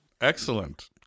Excellent